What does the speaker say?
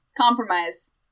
Compromise